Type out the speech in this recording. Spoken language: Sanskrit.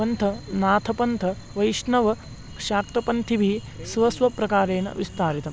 पन्थनाथपन्थ वैष्णवशाक्तपन्थिभिः स्वस्वप्रकारेण विस्तारितम्